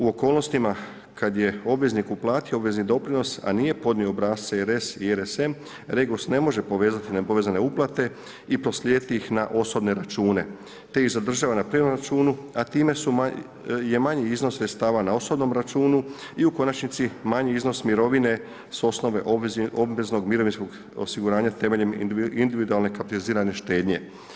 U okolnostima kad je obveznik uplatio obvezni doprinos, a nije podnio obrasce RS i RSM, REGOS ne može povezati nepovezane uplate i proslijediti ih na osobne račune, te ih zadržava na privremenom računu, a time je manji iznos sredstava na osobnom računu i u konačnici manji iznos mirovine s osnove obveznog mirovinskog osiguranja temeljem individualne kapitalizirane štednje.